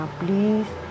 please